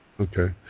Okay